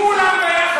כולם ביחד,